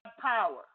power